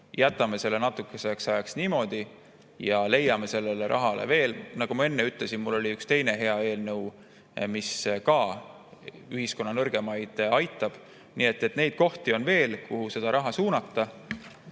jätame selle natukeseks ajaks niimoodi ja leiame sellele rahale veel [kasutamise kohti]. Nagu ma enne ütlesin, mul on üks teine hea eelnõu, mis ka ühiskonna nõrgemaid aitab. Neid kohti on veel, kuhu seda raha suunata.